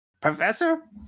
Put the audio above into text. Professor